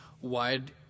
wide